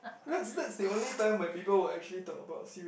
that's that's the only time when people would actually talk about serious